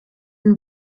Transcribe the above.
and